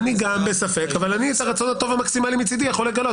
גם אני בספק אבל אני את הרצון הטוב המקסימלי מצדי יכול לגלות.